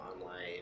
online